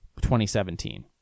2017